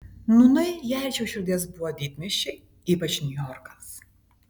nūnai jai arčiau širdies buvo didmiesčiai ypač niujorkas